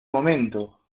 momento